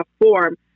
form